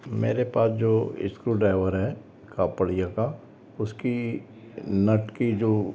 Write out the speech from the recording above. मेरे पास जो स्क्रू ड्राइवर है कापड़िया का उसकी नट की जो